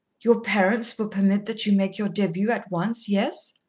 your parents will permit that you make your debut at once, yes?